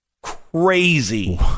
crazy